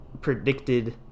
predicted